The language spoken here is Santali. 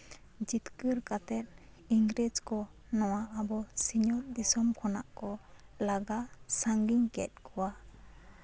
ᱡᱤᱛᱠᱟᱹᱨ ᱠᱟᱛᱮᱜ ᱤᱝᱨᱮᱡᱽ ᱠᱚ ᱱᱚᱣᱟ ᱥᱤᱧᱚᱛ ᱫᱤᱥᱚᱢ ᱠᱷᱚᱱᱟᱜ ᱠᱚ ᱞᱟᱜᱟ ᱥᱟᱺᱜᱤᱧ ᱠᱮᱜ ᱠᱚᱣᱟ